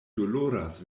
doloras